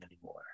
anymore